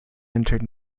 entered